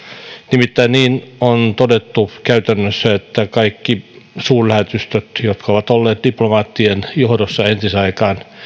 nimittäin niin on todettu käytännössä että kaikki suurlähetystöt jotka ovat olleet diplomaattien johdossa entisaikaan